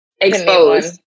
exposed